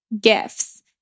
gifts